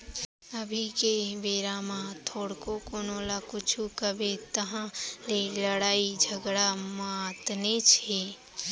अभी के बेरा म थोरको कोनो ल कुछु कबे तहाँ ले लड़ई झगरा मातनेच हे